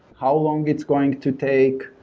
how long it's going to take,